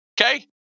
Okay